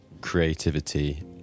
creativity